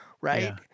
right